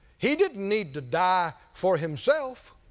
he didn't need to die for himself.